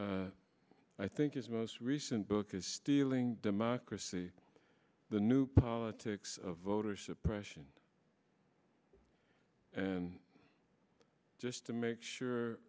i think is most recent book is stealing democracy the new politics of voter suppression and just to make sure